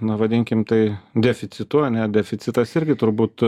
na vadinkim tai deficitu ane deficitas irgi turbūt